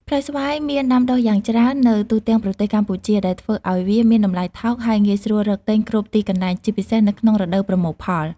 ផ្លែស្វាយមានដាំដុះយ៉ាងច្រើននៅទូទាំងប្រទេសកម្ពុជា ដែលធ្វើឱ្យវាមានតម្លៃថោក ហើយងាយស្រួលរកទិញគ្រប់ទីកន្លែង ជាពិសេសនៅក្នុងរដូវប្រមូលផល។